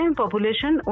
population